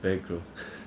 very gross